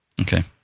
Okay